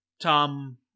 Tom